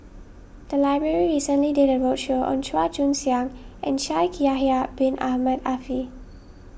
the library recently did a roadshow on Chua Joon Siang and Shaikh Yahya Bin Ahmed Afifi